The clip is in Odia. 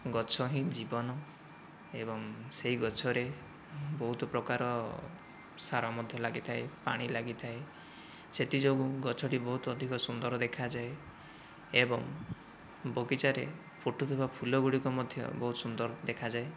ଗଛ ହିଁ ଜୀବନ ଏବଂ ସେ ଗଛରେ ବହୁତ ପ୍ରକାର ସାର ମଧ୍ୟ ଲାଗିଥାଏ ପାଣି ଲାଗିଥାଏ ସେଥିଯୋଗୁଁ ଗଛଟି ବହୁତ ଅଧିକ ସୁନ୍ଦର ଦେଖାଯାଏ ଏବଂ ବଗିଚାରେ ଫୁଟୁଥିବା ଫୁଲ ଗୁଡ଼ିକ ମଧ୍ୟ ବହୁତ ସୁନ୍ଦର ଦେଖାଯାଏ